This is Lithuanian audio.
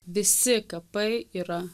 visi kapai yra